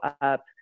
up